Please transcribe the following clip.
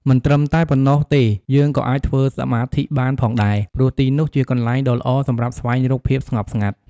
មិនត្រឹមតែប៉ុណ្ណោះទេយើងក៏អាចធ្វើសមាធិបានផងដែរ ព្រោះទីនោះជាកន្លែងដ៏ល្អសម្រាប់ស្វែងរកភាពស្ងប់ស្ងាត់ ។